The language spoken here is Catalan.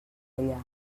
ella